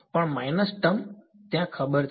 પણ minus term ત્યાં ખબર છે